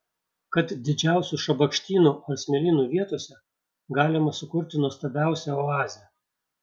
kad didžiausių šabakštynų ar smėlynų vietose galima sukurti nuostabiausią oazę